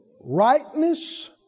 Rightness